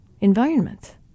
environment